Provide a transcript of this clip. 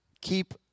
keep